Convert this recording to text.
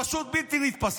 פשוט בלתי נתפס.